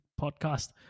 podcast